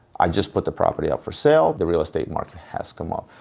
i just put the property up for sale. the real estate market has come up.